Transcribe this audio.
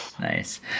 Nice